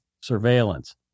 surveillance